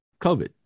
covid